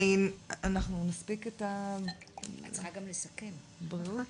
רצינו גם לשמוע גם